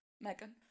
Megan